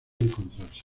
encontrarse